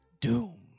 Doom